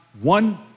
one